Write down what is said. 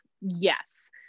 yes